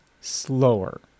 slower